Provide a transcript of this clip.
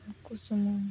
ᱩᱱᱠᱩ ᱥᱩᱢᱩᱝ